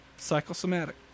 Psychosomatic